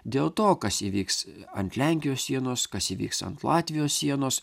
dėl to kas įvyks ant lenkijos sienos kas įvyks ant latvijos sienos